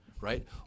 right